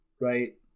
right